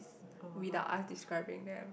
without us describing them